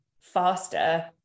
faster